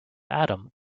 atom